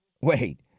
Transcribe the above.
wait